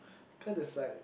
can't decide